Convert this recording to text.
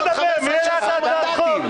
מי העלה את הצעת החוק?